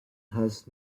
has